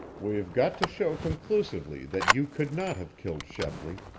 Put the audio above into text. we've got to show conclusively that you could not have killed shepley,